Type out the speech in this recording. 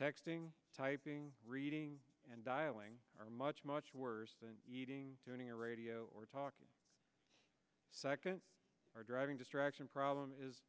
texting typing reading and dialing are much much worse than tuning a radio or talking or driving distraction problem is